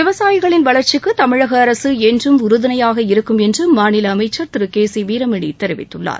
விவசாயிகளின் வளர்ச்சிக்கு தமிழக அரசு என்றும் உறுதுணையாக இருக்கும் என்று மாநில அமைச்ச் திரு கே சி வீரமணி தெரிவித்துள்ளார்